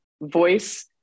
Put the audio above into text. voice